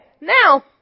now